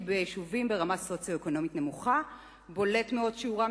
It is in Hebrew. כי ביישובים ברמה סוציו-אקונומית נמוכה בולט מאוד שיעורם